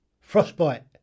Frostbite